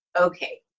okay